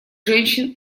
женщин